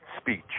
speech